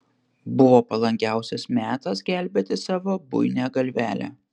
buvo palankiausias metas gelbėti savo buinią galvelę